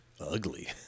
ugly